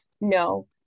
No